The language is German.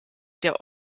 der